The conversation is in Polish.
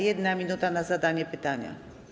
1 minuta na zadanie pytania.